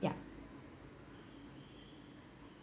yup